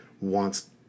wants